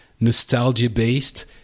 nostalgia-based